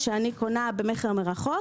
כשאני קונה במכר מרחוק